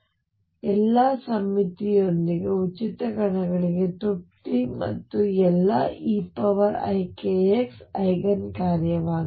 ಆದ್ದರಿಂದ ಎಲ್ಲಾ ಸಮ್ಮಿತಿಯೊಂದಿಗೆ ಉಚಿತ ಕಣಗಳಿಗೆ ತೃಪ್ತಿ ಮತ್ತು ಎಲ್ಲಾ eikx ಐಗನ್ ಕಾರ್ಯವಾಗಿದೆ